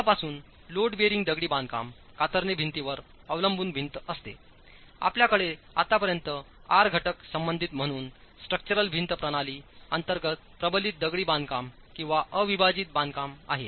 तेव्हापासून load bearing दगडी बांधकाम कातरणे भिंतीवर अवलंबूनभिंत असतेआपल्याकडे आतापर्यंत आर घटक संबंधित म्हणून स्ट्रक्चरल भिंत प्रणाली अंतर्गत प्रबलित दगडी बांधकाम किंवा अविभाजित बांधकाम आहेत